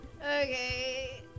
Okay